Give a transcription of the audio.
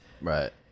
right